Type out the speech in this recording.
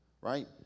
right